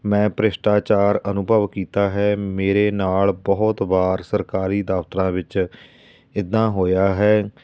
ਮੈਂ ਭ੍ਰਿਸ਼ਟਾਚਾਰ ਅਨੁਭਵ ਕੀਤਾ ਹੈ ਮੇਰੇ ਨਾਲ ਬਹੁਤ ਵਾਰ ਸਰਕਾਰੀ ਦਫਤਰਾਂ ਵਿੱਚ ਇੱਦਾਂ ਹੋਇਆ ਹੈ